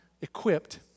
equipped